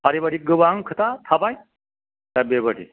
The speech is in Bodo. आरो बेबादि गोबां खोथा थाबाय दा बेबादि